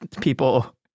people